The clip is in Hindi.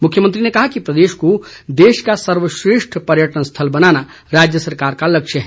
मुख्यमंत्री ने कहा कि प्रदेश को देश का सर्वश्रेष्ठ पर्यटन स्थल बनाना राज्य सरकार का लक्ष्य है